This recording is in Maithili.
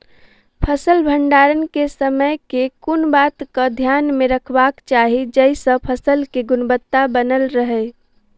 फसल भण्डारण केँ समय केँ कुन बात कऽ ध्यान मे रखबाक चाहि जयसँ फसल केँ गुणवता बनल रहै?